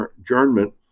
adjournment